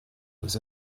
was